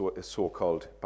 So-called